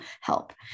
help